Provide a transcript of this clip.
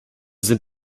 sind